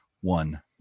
one